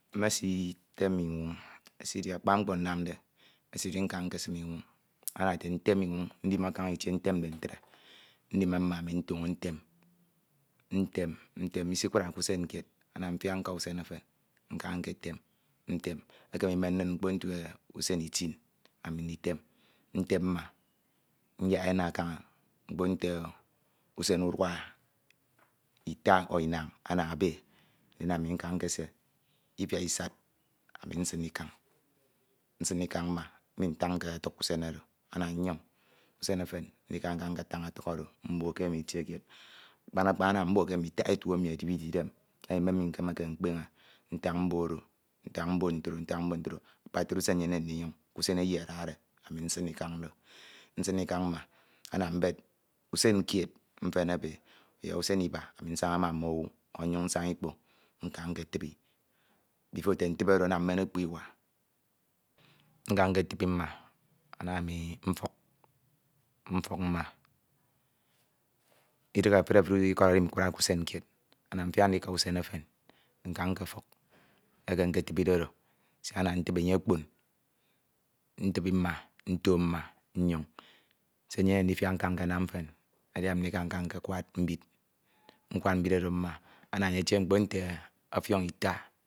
Mesitem inwoñ esidi akpa mkpo nnamde esid nka nkesim inwoñ ndipie kaña itie ntemde ntre ndime ma ntem isikurake usen kied mfiak nka usen efan ana mfiak nketem ntem imen min mkpo nte usen iti ami nditem ntem mma nyak e ena kaña mkpo nte usen urua ita ọ inañ ina ebe ndin ami nka nkesie nifiak isad ami nsin ikañ nsin ikañ mma mmitanke ọtuk usen oro ana nnyon usen efen ndika nketan ọfuk oro mbok ke mm'itie kied akpan akpan mbok ke mme itak etu emi edibide idem emi ndiọñọde ke mmi nkemeke mkpeñe ntak mbok ntsñ mbok ntro akpato usen nyemde ndunyoñ nsin ikañ nsin ikañ mma ana mbed usen kied ibe ọyọhọ usen iba nsaña na mmowu ọ nnyin nsaña ikpoñ nka nke tibi bifoete ntibi oro ana ami mmen okpo iwa nka nketibi mma ana ami mfuk mfuk mma idighe efun ikọd oro enyem ndikura k'usen kied ana mfiak ndika usen efen nka nkofuk eke eketibide oro siak ana ntibi enye okpoñ ntibi mma nto mma nyoñ se nnyemde ndika nkanam mfen edi ndika nkawad mbid nkwad mbid nkwad mbid oro mma ana enye etie mkpo nte ọfiọñ ita